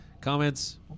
Comments